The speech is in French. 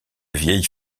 vieille